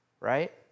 right